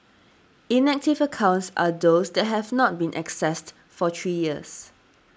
inactive accounts are those that have not been accessed for three years